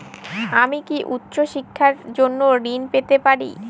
আমি কি উচ্চ শিক্ষার জন্য ঋণ পেতে পারি?